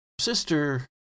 sister